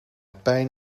pijn